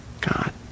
God